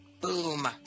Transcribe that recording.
boom